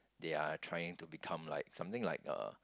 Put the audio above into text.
they are trying to become like something like uh